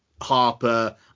harper